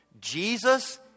Jesus